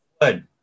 Good